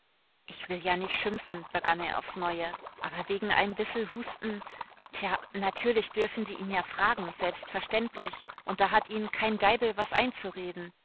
ich will ja nich schimpfen begann er aufs neue aber wegen einem bissel husten tja natürlich dürfen sie ihn ja fragen selbstverständlich und da hat ihnen kein deibel was reinzureden